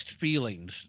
feelings